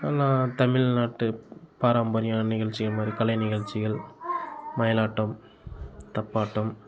நான் தமிழ்நாட்டு பாரம்பரிய நிகழ்ச்சிகள் மாதிரி கலை நிகழ்ச்சிகள் மயிலாட்டம் தப்பாட்டம்